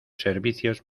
servicios